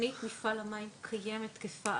תכנית מפעל המים קיימת ותקפה.